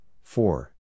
four